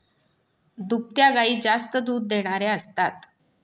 दुभत्या गायी जास्त दूध देणाऱ्या असतात